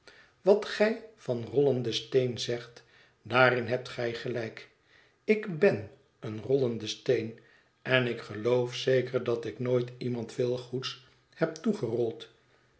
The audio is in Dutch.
wat gij van rollenden steen zegt daarin hebt gij gelijk ik ben een rollende steen en ik geloof zeker dat ik nooit iemand veel goeds heb